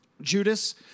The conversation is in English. Judas